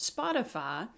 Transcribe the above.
Spotify